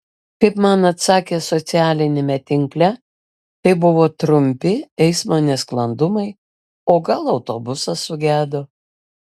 kaip man atsakė socialiniame tinkle tai buvo trumpi eismo nesklandumai o gal autobusas sugedo